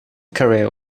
career